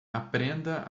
aprenda